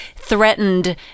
threatened